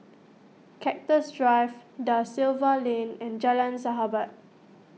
Cactus Drive Da Silva Lane and Jalan Sahabat